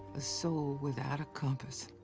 a soul without a compass.